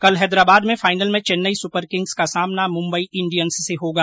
कल हैदराबाद में फाइनल में चेन्नई सुपर किंग्स का सामना मुम्बई इंडियंस से होगा